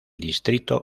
distrito